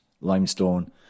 limestone